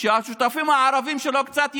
שהשותפים הערבים שלו קצת יתביישו.